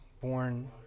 Born